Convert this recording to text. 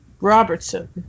Robertson